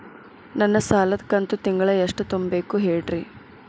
ನನ್ನ ಸಾಲದ ಕಂತು ತಿಂಗಳ ಎಷ್ಟ ತುಂಬಬೇಕು ಹೇಳ್ರಿ?